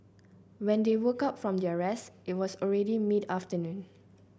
when they woke up from their rest it was already mid afternoon